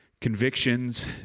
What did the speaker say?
convictions